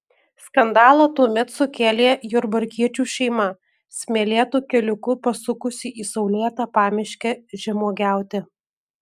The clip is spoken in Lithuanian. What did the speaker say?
skandalą tuomet sukėlė jurbarkiečių šeima smėlėtu keliuku pasukusi į saulėtą pamiškę žemuogiauti